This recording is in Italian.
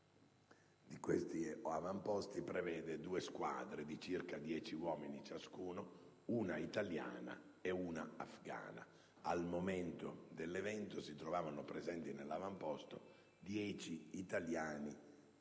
In questi avamposti sono presenti due squadre di circa dieci uomini ciascuna, una italiana e una afgana. Al momento dell'evento, erano presenti nell'avamposto dieci italiani e otto afgani.